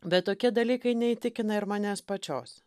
bet tokie dalykai neįtikina ir manęs pačios